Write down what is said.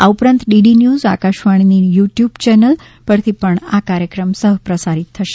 આ ઉપરાંત DD news આકાશવાણીની યુટ્યૂબ ચેનલ પરથી પણ આ કાર્યક્રમ સહપ્રસારિત થશે